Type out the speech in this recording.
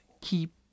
keep